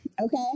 okay